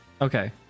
Okay